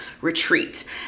retreat